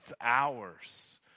hours